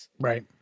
right